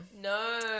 No